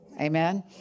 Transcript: Amen